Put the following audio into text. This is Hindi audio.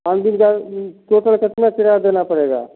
पाँच दिन का टोटल कतना किराया देना पड़ेगा